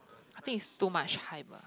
I think it's too much hype